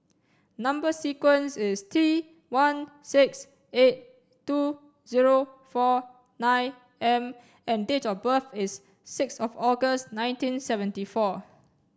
number sequence is T one six eight two zero four nine M and date of birth is six of August nineteen seventy four